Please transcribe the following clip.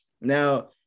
Now